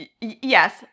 Yes